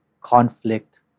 conflict